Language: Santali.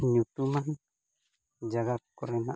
ᱧᱩᱛᱩᱢᱟᱱ ᱡᱟᱭᱜᱟ ᱠᱚᱨᱮᱱᱟᱜ